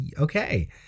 okay